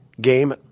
game